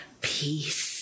peace